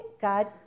God